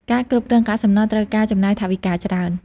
ការគ្រប់គ្រងកាកសំណល់ត្រូវការចំណាយថវិកាច្រើន។